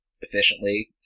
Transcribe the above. efficiently